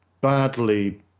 badly